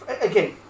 again